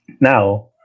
Now